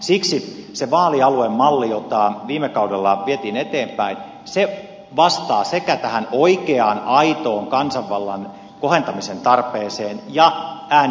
siksi se vaalialuemalli jota viime kaudella vietiin eteenpäin vastaa sekä tähän oikeaan aitoon kansanvallan kohentamisen tarpeeseen että äänikynnykseen yhtä aikaa